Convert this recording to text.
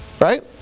Right